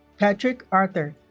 patrick arthur